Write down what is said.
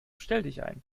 stelldichein